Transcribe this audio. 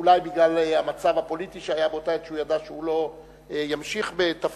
אולי בגלל המצב הפוליטי שהיה באותה עת כשהוא ידע שהוא לא ימשיך בתפקידו,